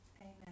Amen